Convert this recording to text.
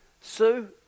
Sue